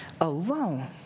alone